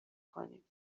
کنیم